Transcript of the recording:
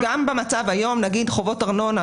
יש גם במצב היום נגיד חובות ארנונה,